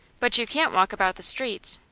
but you can't walk about the streets.